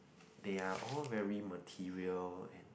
they are all very material and